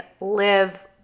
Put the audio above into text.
live